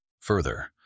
Further